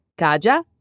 Kaja